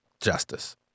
justice